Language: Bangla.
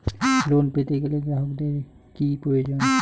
লোন পেতে গেলে গ্রাহকের কি প্রয়োজন?